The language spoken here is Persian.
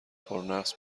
پرنقص